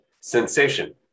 sensation